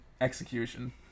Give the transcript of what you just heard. execution